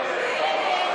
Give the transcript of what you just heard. בואו נראה.